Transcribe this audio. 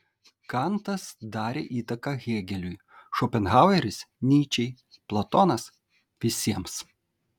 kantas darė įtaką hėgeliui šopenhaueris nyčei platonas visiems